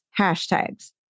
hashtags